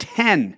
ten